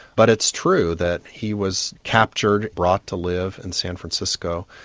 but it's true that he was captured, brought to live in san francisco.